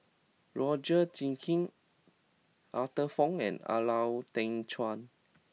Roger Jenkins Arthur Fong and Lau Teng Chuan